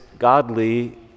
godly